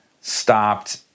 stopped